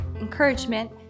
encouragement